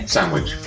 Sandwich